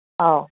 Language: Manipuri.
ꯑꯥꯎ